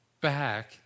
back